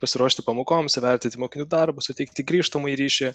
pasiruošti pamokoms įvertinti mokinių darbus suteikti grįžtamąjį ryšį